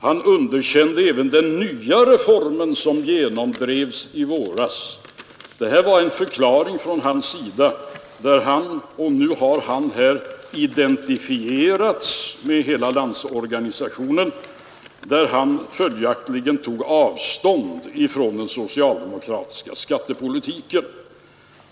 Han underkänner den nya reform som genomdrevs i våras.” Detta sägs vara en förklaring från hans sida — och nu har han här identifierats med hela Landsorganisationen — där han följaktligen tog avstånd från den socialdemokratiska skattepolitiken.